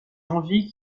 envies